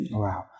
wow